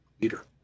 leader